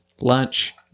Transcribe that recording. lunch